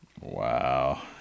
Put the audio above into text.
wow